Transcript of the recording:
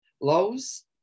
lows